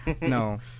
No